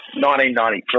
1993